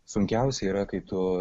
sunkiausia yra kai tu